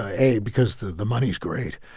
a, because the the money's great